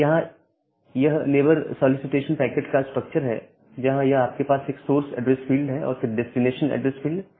यह यहां neighbour solicitation packet का स्ट्रक्चर है जहां यह आपके पास एक सोर्स एड्रेस फील्ड है और फिर डेस्टिनेशन एड्रेस फील्ड है